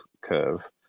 curve